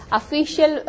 official